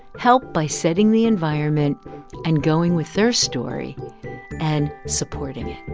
help by setting the environment and going with their story and supporting it